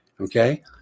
Okay